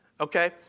Okay